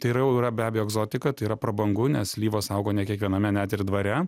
tai yra jau yra be abejo egzotika tai yra prabangu nes slyvos augo ne kiekviename net ir dvare